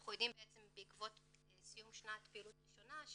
אנחנו יודעים בעקבות סיום שנת פעילות ראשונה,